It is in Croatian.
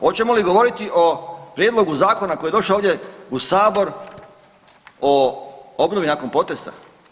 Hoćemo li govoriti o prijedlogu zakona koji je došao ovdje u Sabor o obnovi nakon potresa?